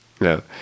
No